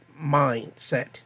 mindset